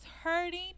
hurting